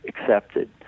accepted